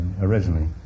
originally